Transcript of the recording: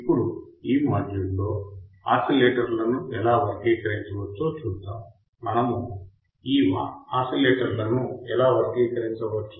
ఇప్పుడు ఈ మాడ్యూల్లో ఆసిలేటర్లను ఎలా వర్గీకరించవచ్చో చూద్దాం మనము ఈ ఆసిలేటర్లను ఎలా వర్గీకరించవచ్చు